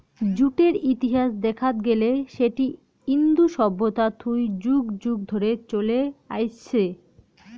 জুটের ইতিহাস দেখাত গেলে সেটি ইন্দু সভ্যতা থুই যুগ যুগ ধরে চলে আইসছে